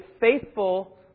faithful